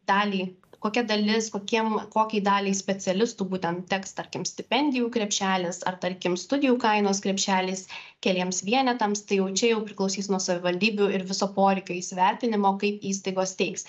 dalį kokia dalis kokiem kokiai daliai specialistų būtent teks tarkim stipendijų krepšelis ar tarkim studijų kainos krepšelis keliems vienetams tai jau čia jau priklausys nuo savivaldybių ir viso poreikio įsivertinimo kaip įstaigos teiks